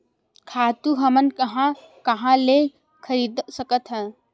खातु हमन कहां कहा ले खरीद सकत हवन?